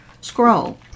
scroll